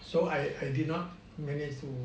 so I I did not manage to